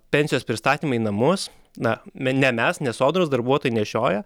pensijos pristatymą į namus na me ne mes ne sodros darbuotojai nešioja